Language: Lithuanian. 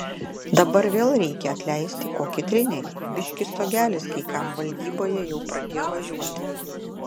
dabar vėl reikia atleisti kokį trenerį biški stogelis kai kam valdyboje jau pradėjo važiuoti